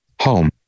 Home